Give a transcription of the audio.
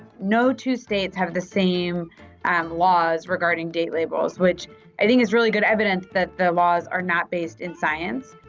no two states have the same and laws regarding date labels, which i think is really good evidence that the laws are not based in science.